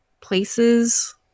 places